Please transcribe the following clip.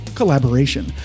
collaboration